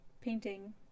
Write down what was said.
painting